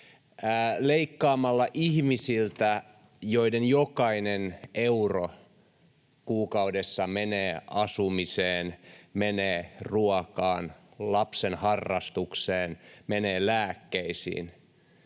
Leikkaatte ihmisiltä, joiden jokainen euro kuukaudessa menee asumiseen, menee ruokaan, lapsen harrastukseen, menee lääkkeisiin